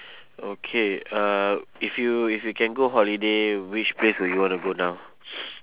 okay uh if you if you can go holiday which place would you wanna go now